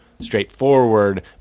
straightforward